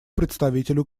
представителю